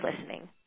listening